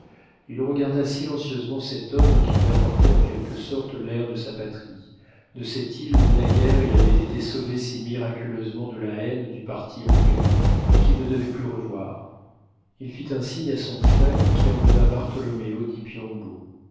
il regarda silencieusement cet homme qui lui apportait en quelque sorte l'air de sa patrie de cette île où naguère il avait été sauvé si miraculeusement de la haine du parti anglais et qu'il ne devait plus revoir il fit un signe à son frère qui emmena bartholoméo